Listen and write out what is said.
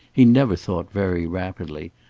he never thought very rapidly,